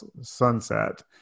sunset